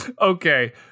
Okay